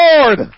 Lord